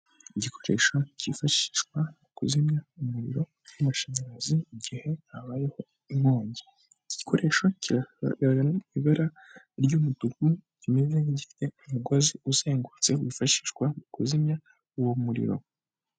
Igikoresho cyifashishwa mu kuzimya umuriro w'amashanyarazi igihe habayeho inkongi, iki gikoresho cyiri mu ibara ry'umutuku kimeze nk'igifite umugozi uzengurutse wifashishwa mu kuzimya uwo muriro.